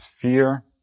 fear